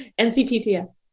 NCPTF